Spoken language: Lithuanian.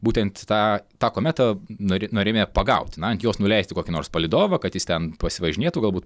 būtent tą tą kometą nori norėjome pagaut na ant jos nuleisti kokį nors palydovą kad jis ten pasivažinėtų galbūt